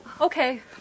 Okay